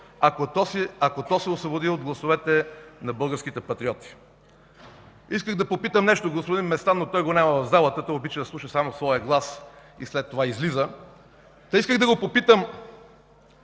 ако то се освободи от гласовете на българските патриоти. Исках да попитам нещо господин Местан, но него го няма в залата. Той обича да слуша само своя глас и след това излиза. Та исках да го попитам,